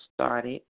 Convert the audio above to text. started